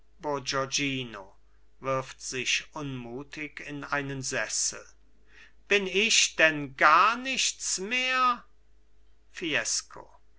wirft sich unmutig in einen sessel bin ich denn gar nichts mehr fiesco